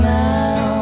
now